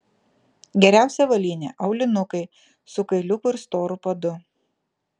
geriausia avalynė aulinukai su kailiuku ir storu padu